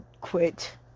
quit